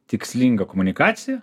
tikslinga komunikacija